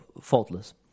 faultless